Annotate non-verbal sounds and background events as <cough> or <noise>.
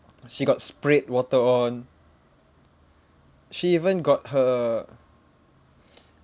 she got sprayed water on she even got her <breath>